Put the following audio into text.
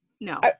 no